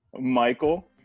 Michael